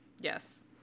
Yes